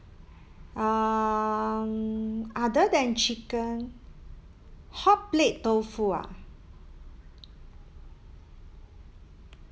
um other than chicken hotplate tofu ah